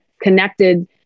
connected